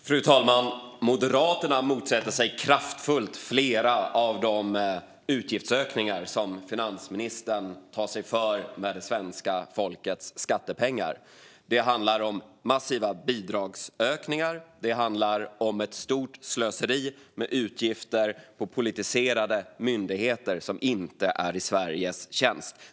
Fru talman! Moderaterna motsätter sig kraftfullt flera av de utgiftsökningar som finansministern tar sig för med det svenska folkets skattepengar. Det handlar om massiva bidragsökningar, om ett stort slöseri med utgifter och om politiserade myndigheter som inte är i Sveriges tjänst.